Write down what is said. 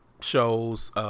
shows